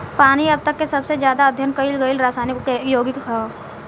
पानी अब तक के सबसे ज्यादा अध्ययन कईल गईल रासायनिक योगिक ह